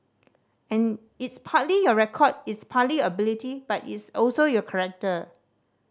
and it's partly your record it's partly your ability but it's also your character